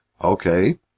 Okay